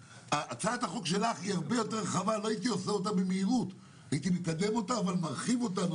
הצעת החוק שלך היא רחבה ולכן הייתי מקדם אותה לאט ומרחיב אותה.